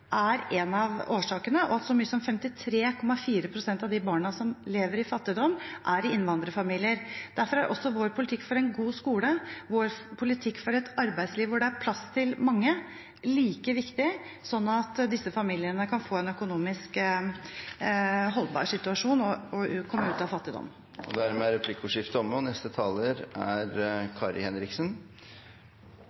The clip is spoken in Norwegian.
er en av årsakene, og at så mange som 53,4 pst. av de barna som lever i fattigdom, er i innvandrerfamilier. Derfor er også vår politikk for en god skole og vår politikk for et arbeidsliv hvor det er plass til mange, like viktig for at disse familiene kan få en økonomisk holdbar situasjon og komme ut av fattigdom. Dermed er replikkordskiftet omme. Arbeiderpartiet legger i sitt alternative budsjett fram en politikk som er